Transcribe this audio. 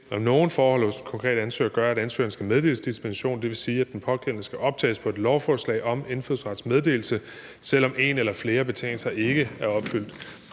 nogle forhold hos den konkrete ansøger gør, at ansøgeren skal meddeles dispensation, det vil sige, at den pågældende skal optages på et lovforslag om indfødsretsmeddelelse, selv om en eller flere betingelser ikke er opfyldt.